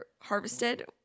harvested